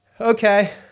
Okay